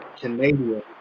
Canadian